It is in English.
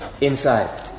Inside